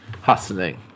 hustling